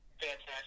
Fantastic